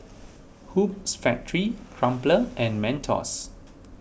Hoops Factory Crumpler and Mentos